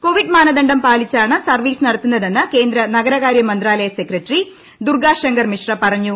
Covid മാനദണ്ഡം പാലിച്ചാണ് service നടത്തുന്നതെന്ന് കേന്ദ്രനഗരകാര്യ മന്ത്രാലയം സെക്രട്ടറി ദൂർഗ ശങ്കർ മിശ്ര പറഞ്ഞു